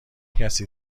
کسی